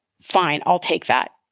fine, i'll take that.